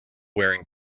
wearing